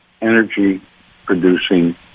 energy-producing